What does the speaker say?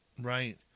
Right